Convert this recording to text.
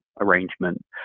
arrangement